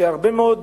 שבהרבה מאוד